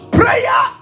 prayer